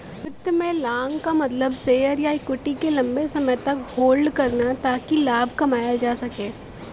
वित्त में लॉन्ग क मतलब शेयर या इक्विटी के लम्बे समय तक होल्ड करना ताकि लाभ कमायल जा सके